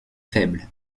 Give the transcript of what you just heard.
faible